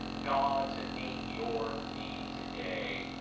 god to meet your need today.